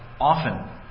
often